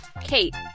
Kate